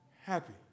happy